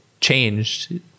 changed